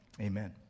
amen